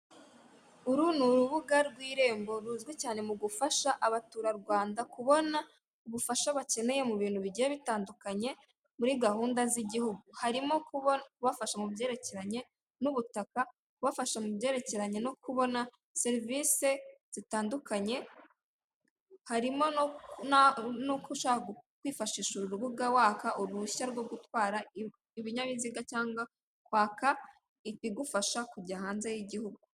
Uru ni urubuga rw'irembo ruzwi cyane mu gufasha abaturarwanda kubona ubufasha bakeneye mu bintu bigiye bitandukanye muri gahunda z'igihugu. Harimo kubafasha mu byerekeranye n'ubutaka ubafasha mu byerekeranye no kubona serivisi zitandukanye harimo ushaka kwifashisha urubuga waka uruhushya rwo gutwara ibinyabiziga cyangwa kwaka ibigufasha kujya hanze y'igihugu.